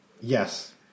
yes